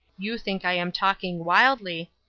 you think i am talking wildly,